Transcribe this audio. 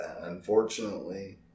Unfortunately